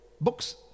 books